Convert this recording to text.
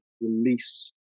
release